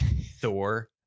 Thor